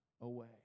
away